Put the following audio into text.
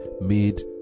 made